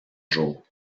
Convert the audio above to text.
jours